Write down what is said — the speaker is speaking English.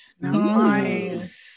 Nice